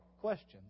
questions